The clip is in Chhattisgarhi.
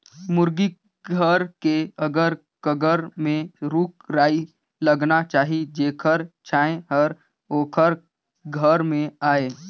मुरगी घर के अगर कगर में रूख राई लगाना चाही जेखर छांए हर ओखर घर में आय